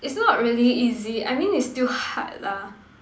its not really easy I mean its still hard lah